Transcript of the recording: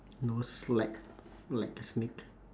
nose like like a snake